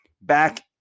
back